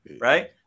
right